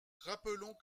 rappelons